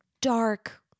dark